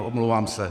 Omlouvám se.